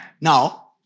Now